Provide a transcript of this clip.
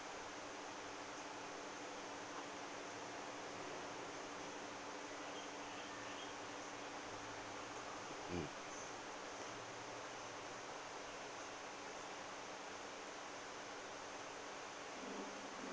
mm